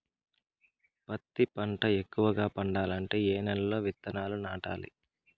పత్తి పంట ఎక్కువగా పండాలంటే ఏ నెల లో విత్తనాలు నాటాలి?